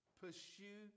pursue